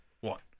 one